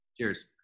Cheers